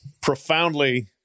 profoundly